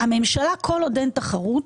הממשלה כל עוד אין תחרות,